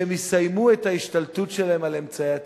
שהם יסיימו את ההשתלטות שלהם על אמצעי התקשורת?